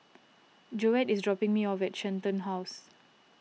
Joette is dropping me off at Shenton House